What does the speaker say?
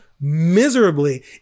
miserably